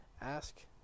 ask